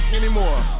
anymore